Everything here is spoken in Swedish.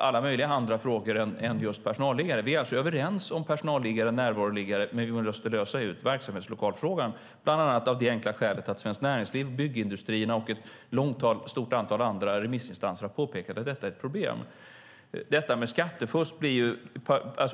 alla möjliga andra frågor än just personalliggare. Vi är alltså överens om personalliggare, närvaroliggare, men vi måste lösa verksamhetslokalfrågan, bland annat av det enkla skälet att Svenskt Näringsliv, byggindustrierna och ett stort antal andra remissinstanser har påpekat att detta är ett problem.